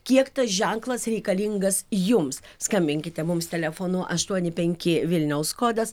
kiek tas ženklas reikalingas jums skambinkite mums telefonu aštuoni penki vilniaus kodas